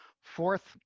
Fourth